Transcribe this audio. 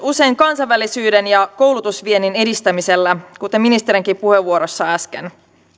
usein myös kansainvälisyyden ja koulutusviennin edistämisellä kuten ministerinkin puheenvuorossa äsken